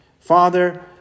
father